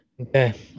okay